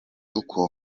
uko